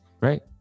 right